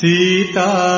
Sita